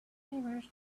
one